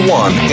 one